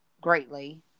greatly